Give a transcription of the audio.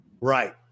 Right